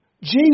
Jesus